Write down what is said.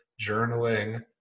journaling